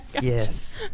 Yes